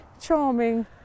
charming